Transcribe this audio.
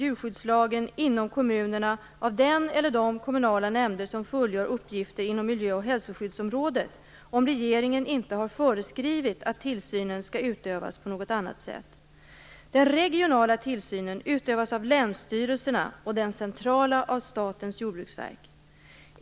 djurskyddslagen inom kommunerna av den eller de kommunala nämnder som fullgör uppgifter inom miljö och hälsoskyddsområdet, om regeringen inte har föreskrivit att tillsynen skall utövas på något annat sätt. Den regionala tillsynen utövas av länsstyrelserna och den centrala av Statens jordbruksverk.